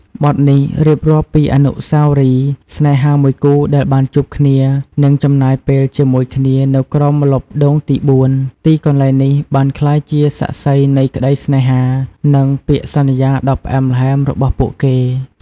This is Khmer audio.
បទនេះរៀបរាប់ពីអនុស្សាវរីយ៍ស្នេហាមួយគូដែលបានជួបគ្នា និងចំណាយពេលជាមួយគ្នានៅក្រោមម្លប់ដូងទីបួន ទីកន្លែងនេះបានក្លាយជាសាក្សីនៃក្តីស្នេហា និងពាក្យសន្យាដ៏ផ្អែមល្ហែមរបស់ពួកគេ។